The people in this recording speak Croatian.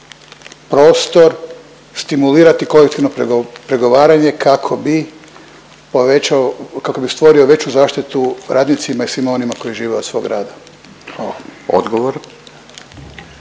prostor, stimulirati kolektivno pregovaranje kako bi povećao, kako bi stvorio veću zaštitu radnicima i svima onima koji žive od svog rada? Hvala.